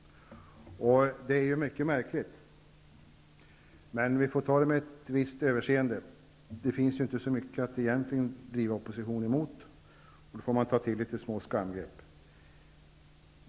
Detta är mycket märkligt, men vi får ta det med ett visst överseende -- det finns inte så mycket att bedriva opposition emot, och då måste man tydligen ta till små skamgrepp.